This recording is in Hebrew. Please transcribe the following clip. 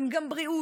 הם גם בריאות,